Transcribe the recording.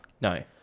No